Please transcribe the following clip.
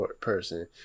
person